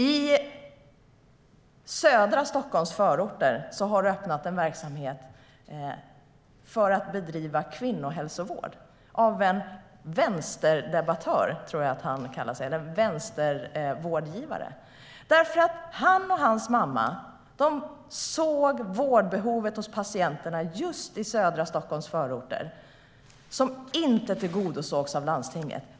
I Stockholms södra förorter har en verksamhet öppnats för att bedriva kvinnohälsovård av en vänsterdebattör eller vänstervårdgivare, som jag tror att han kallar sig. Han och hans mamma såg vårdbehovet hos patienterna just i södra Stockholms förorter, som inte tillgodosågs av landstinget.